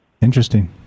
Interesting